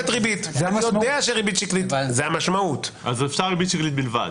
אז אפשר "ריבית שקלית" בלבד.